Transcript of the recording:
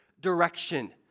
direction